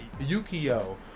Yukio